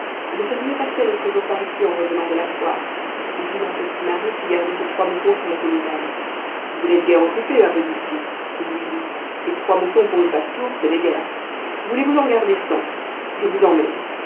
le fermier passait l'autre jour par ici en revenant de la foire il vit ma petite marie qui gardait ses trois moutons sur le communal vous n'êtes guère occupée ma petite fille qu'il lui dit et trois moutons pour une pastoure ce n'est guère voulez-vous en garder cent je vous emmène